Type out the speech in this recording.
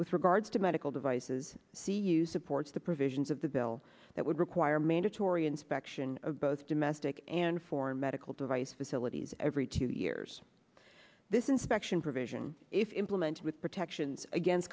with regards to medical devices see you supports the provisions of the bill that would require mandatory inspection of both domestic and foreign medical device that hillary's every two years this inspection provision if implemented with protections against